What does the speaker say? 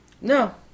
No